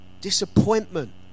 Disappointment